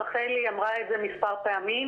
רחלי אמרה את זה כמה פעמים.